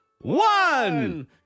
one